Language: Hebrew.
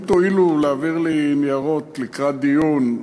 אם תואילו להעביר לי ניירות לקראת דיון,